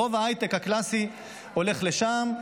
רוב ההייטק הקלאסי הולך לשם,